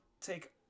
take